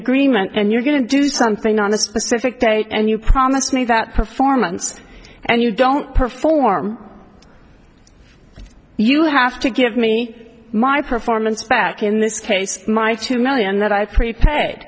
agreement and you're going to do something on a specific date and you promise me that performance and you don't perform you have to give me my performance back in this case my two million that i prepaid